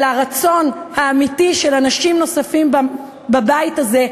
על הרצון האמיתי של אנשים נוספים בבית הזה,